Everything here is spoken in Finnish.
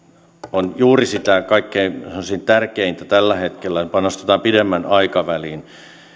on juuri sitä kaikkein sanoisin tärkeintä tällä hetkellä panostetaan pidemmän aikavälin